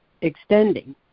extending